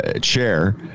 chair